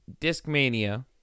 Discmania